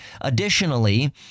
Additionally